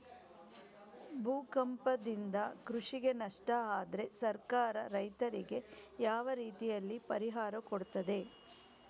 ಭೂಕಂಪದಿಂದ ಕೃಷಿಗೆ ನಷ್ಟ ಆದ್ರೆ ಸರ್ಕಾರ ರೈತರಿಗೆ ಯಾವ ರೀತಿಯಲ್ಲಿ ಪರಿಹಾರ ಕೊಡ್ತದೆ?